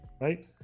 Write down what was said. right